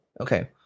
Okay